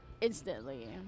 instantly